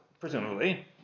presumably